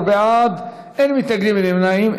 14 בעד, אין מתנגדים, אין נמנעים.